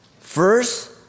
First